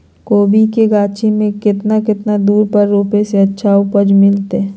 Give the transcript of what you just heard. कोबी के गाछी के कितना कितना दूरी पर रोपला से अच्छा उपज मिलतैय?